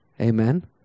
Amen